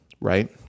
right